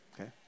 Okay